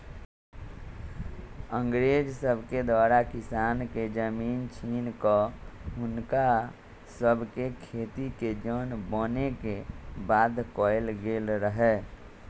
अंग्रेज सभके द्वारा किसान के जमीन छीन कऽ हुनका सभके खेतिके जन बने के बाध्य कएल गेल रहै